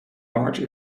large